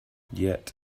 yet